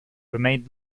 remained